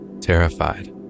terrified